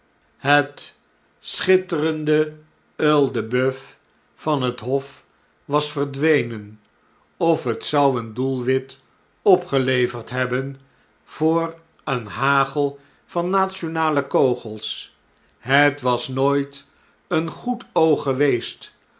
het schitterende oeil de boeuf van het hof was verdwenen of het zou een doelwit opgeleverd hebben voor een hagel van nationale kogels het was nooit een goed oog geweest